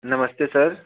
नमस्ते सर